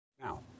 Now